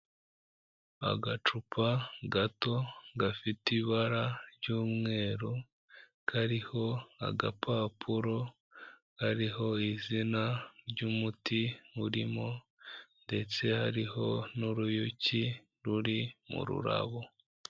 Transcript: Agacupa gato gafite ibara ry'umweru kariho agapapuro kariho izina ry'umuti urimo ndetse hariho n'uruyuki ruri mu rurabo.